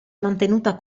mantenuta